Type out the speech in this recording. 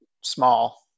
small